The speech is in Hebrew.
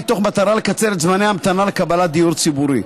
במטרה לקצר את זמני ההמתנה לקבלת דיור ציבורי.